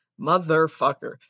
motherfucker